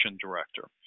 director